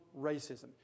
racism